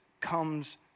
comes